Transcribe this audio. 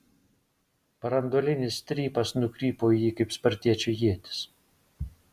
branduolinis strypas nukrypo į jį kaip spartiečio ietis